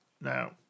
now